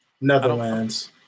netherlands